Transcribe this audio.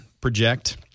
project